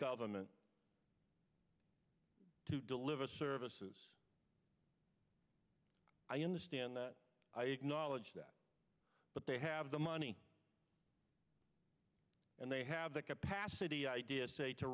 government to deliver services i understand i acknowledge that but they have the money and they have the capacity idea say to